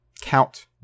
count